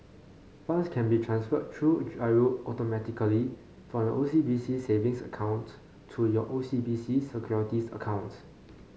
funds can be transferred through G I R O automatically from your O C B C Savings account to your O C B C Securities account